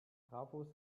trafos